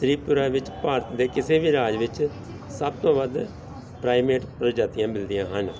ਤ੍ਰਿਪੁਰਾ ਵਿੱਚ ਭਾਰਤ ਦੇ ਕਿਸੇ ਵੀ ਰਾਜ ਵਿੱਚ ਸਭ ਤੋਂ ਵੱਧ ਪ੍ਰਾਇਮੇਟ ਪ੍ਰਜਾਤੀਆਂ ਮਿਲਦੀਆਂ ਹਨ